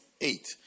Eight